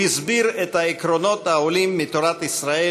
הוא הסביר את העקרונות העולים מתורת ישראל